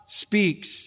speaks